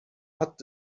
hat